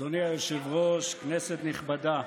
אדוני היושב-ראש, כנסת נכבדה,